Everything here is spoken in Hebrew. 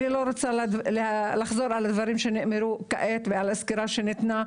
אני לא רוצה לחזור על הדברים שנאמרו כעת ועל הסקירה שניתנה,